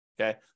okay